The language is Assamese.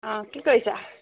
অঁ কি কৰিছা